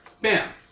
Bam